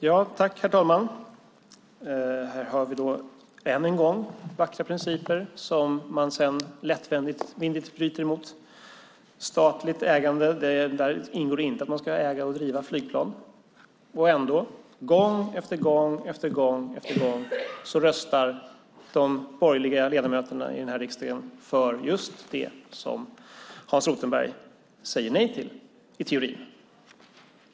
Herr talman! Här hör vi än en gång vackra principer som man sedan lättvindigt bryter mot. I statligt ägande ingår inte att äga och driva flygplan. Och ändå - gång efter gång efter gång - röstar de borgerliga ledamöterna i riksdagen för just det som Hans Rothenberg säger nej till, i teorin.